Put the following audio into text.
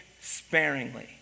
sparingly